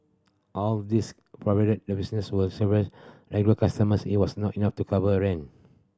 all these provided the business with several regular customers it was not enough to cover rent